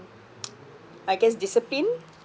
I guess discipline